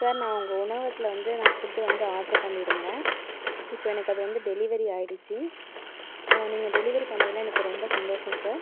sir நான் உங்கள் உணவகத்தில் வந்து நான் ஃபுட் வந்து ஆட்ரு பண்ணியிருந்தேன் இப்போ எனக்கு அது வந்து டெலிவரி ஆயிடுச்சு நீங்கள் டெலிவரி பண்ணதில் எனக்கு ரொம்ப சந்தோஷம் சார்